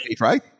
right